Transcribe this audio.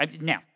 now